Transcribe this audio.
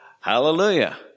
Hallelujah